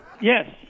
Yes